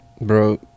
Bro